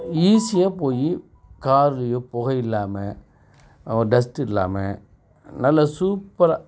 ஈஸியாக போய் கார்லேயோ புகையில்லாம ஒரு டஸ்ட்டு இல்லாமல் நல்லா சூப்பராக